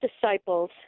disciples